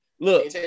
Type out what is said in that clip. Look